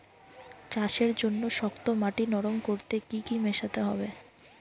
চাষের জন্য শক্ত মাটি নরম করতে কি কি মেশাতে হবে?